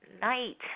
night